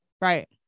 Right